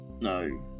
No